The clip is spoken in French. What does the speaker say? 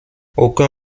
aucun